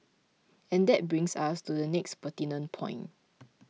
and that brings us to the next pertinent point